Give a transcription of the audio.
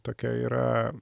tokia yra